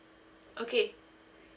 okay